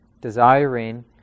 desiring